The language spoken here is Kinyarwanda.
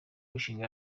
mushinga